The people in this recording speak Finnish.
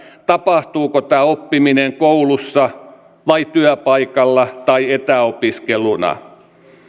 tapahtuuko tämä oppiminen koulussa vai työpaikalla vai etäopiskeluna